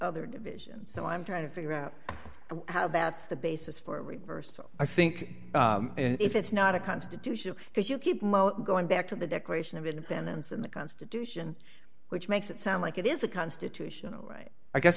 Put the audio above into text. other divisions so i'm trying to figure out how that's the basis for reversed i think if it's not a constitution because you keep going back to the declaration of independence in the constitution which makes it sound like it is a constitutional right i guess